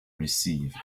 receive